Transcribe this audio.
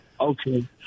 Okay